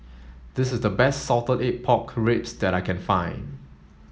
this is the best salted egg pork ribs that I can find